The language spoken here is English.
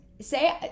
say